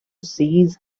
cease